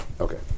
Okay